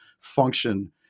function